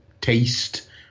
taste